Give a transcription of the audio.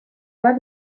bat